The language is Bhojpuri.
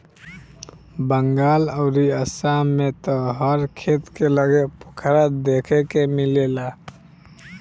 बंगाल अउरी आसाम में त हर खेत के लगे पोखरा देखे के मिलेला